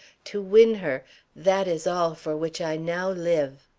to win her that is all for which i now live.